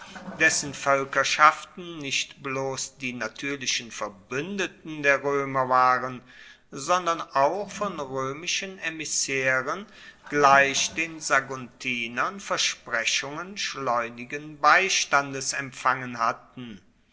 dessen voelkerschaften nicht bloss die natuerlichen verbuendeten der roemer waren sondern auch von roemischen emissaeren gleich den saguntinern versprechungen schleunigen beistandes empfangen hatten